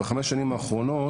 בחמש שנים האחרונות,